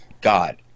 God